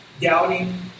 doubting